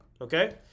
okay